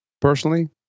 personally